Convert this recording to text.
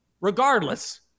Regardless